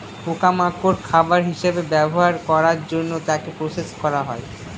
পোকা মাকড় খাবার হিসেবে ব্যবহার করার জন্য তাকে প্রসেস করা হয়